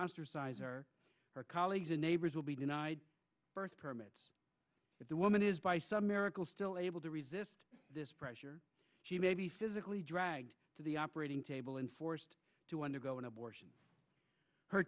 ostracized her colleagues and neighbors will be denied permits if the woman is by some miracle still able to resist this pressure she may be physically dragged to the operating table and forced to undergo an abortion her